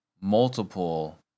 multiple